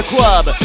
Club